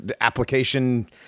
application